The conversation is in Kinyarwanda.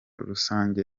rusange